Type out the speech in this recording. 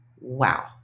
Wow